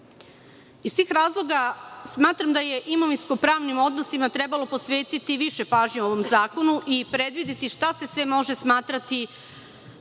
Iz tih razloga smatram da je imovinsko-pravnim odnosima trebalo posvetiti više pažnje u ovom zakonu i predvideti šta se sve može smatrati